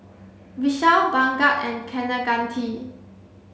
Vishal Bhagat and Kaneganti